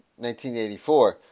1984